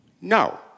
No